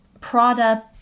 prada